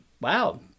wow